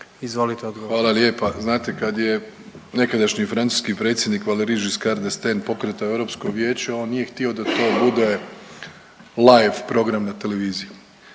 Andrej (HDZ)** Hvala lijepa. Znate kad je nekadašnji francuski predsjednik Valery Giscard d'Estaing pokretao EV, on nije htio da to bude live program na televiziji.